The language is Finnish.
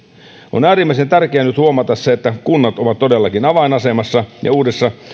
on äärimmäisen tärkeää nyt huomata se että kunnat ovat todellakin avainasemassa ja uudessa